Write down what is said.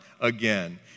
again